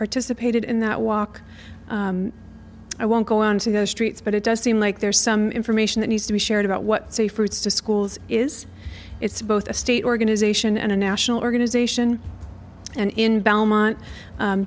participated in that walk i won't go on to those streets but it does seem like there's some information that needs to be shared about what safe routes to schools is it's both a state organization and a national organization and in belmont